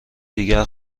دیگر